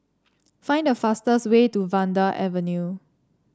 find the fastest way to Vanda Avenue